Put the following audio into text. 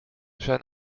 zijn